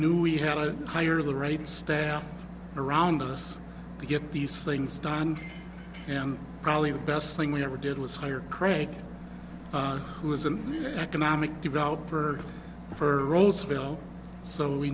knew we had to hire the right staff around us to get these things done and probably the best thing we ever did was hire craig who was an economic developer for roseville so we